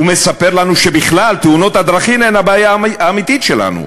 ומספר לנו שבכלל תאונות הדרכים הן הבעיה האמיתית שלנו,